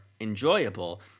enjoyable